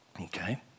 Okay